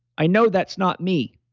i know that's not me.